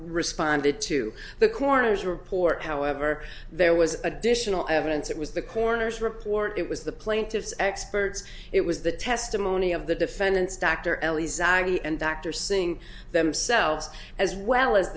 responded to the coroner's report however there was additional evidence it was the coroner's report it was the plaintiff's experts it was the testimony of the defendant's dr elizalde and dr singh themselves as well as